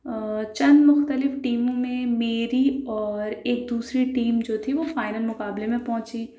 چند مختلف ٹیموں میں میری اور ایک دوسری ٹیم جو تھی وہ فائنل مقابلے میں پہنچی